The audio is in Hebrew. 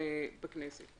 בכנסת.